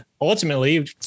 ultimately